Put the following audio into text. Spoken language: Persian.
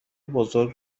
بزرگ